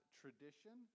tradition